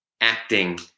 acting